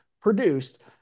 produced